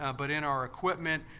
ah but in our equipment.